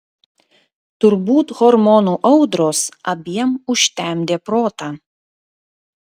turbūt hormonų audros abiem užtemdė protą